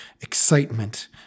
excitement